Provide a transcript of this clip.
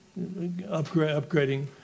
upgrading